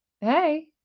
Hey